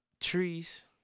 trees